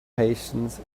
patience